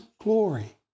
glory